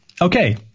Okay